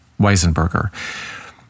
Weisenberger